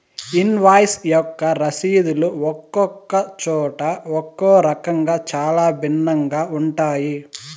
invoice యొక్క రసీదులు ఒక్కొక్క చోట ఒక్కో రకంగా చాలా భిన్నంగా ఉంటాయి